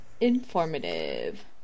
informative